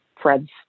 Fred's